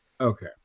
Okay